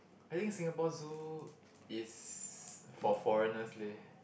I think Singapore Zoo is for foreigners leh